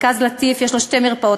למרכז "לטיף" יש שתי מרפאות,